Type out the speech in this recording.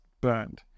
burned